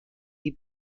die